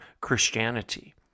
Christianity